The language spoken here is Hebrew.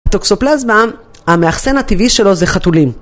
טוקסופלזמה, המאחסן הטבעי שלו זה חתולים.